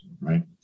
Right